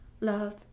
Love